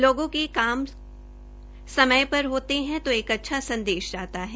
लोगों के काम समय पर होते है तो एक अच्छा संदेश जाता है